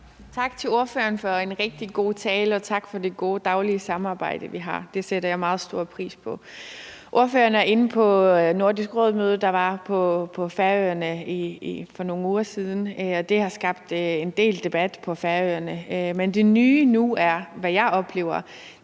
Tak til ordføreren for en rigtig god tale, og tak for det gode daglige samarbejde, vi har. Det sætter jeg meget stor pris på. Ordføreren er inde på det Nordisk Råd-møde, der var på Færøerne for nogle uger siden. Det har skabt en del debat på Færøerne. Men nu er det nye, som jeg oplever